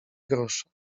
grosza